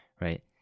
right